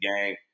game